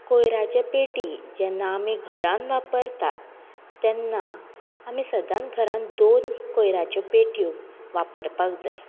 कोयराची पेटी जेन्ना आमी घरान वापरतात तेन्ना आमी सदांत घरान दोन कोयऱ्याच्यो पेटयो वापरपाक जाय